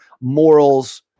morals